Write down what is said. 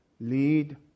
lead